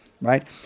Right